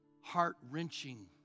heart-wrenching